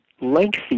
lengthy